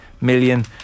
million